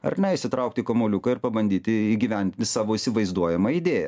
ar ne išsitraukti kamuoliuką ir pabandyti įgyvendinti savo įsivaizduojamą idėją